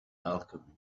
alchemy